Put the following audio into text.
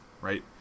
right